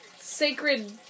sacred